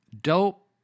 dope